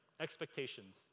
expectations